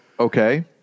Okay